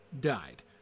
died